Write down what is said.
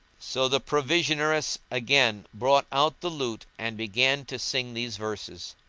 so the provisioneress again brought out the lute and began to sing these verses